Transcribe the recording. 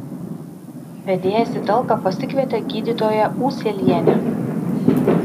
vedėjas į talką pasikvietė gydytoją ūselienę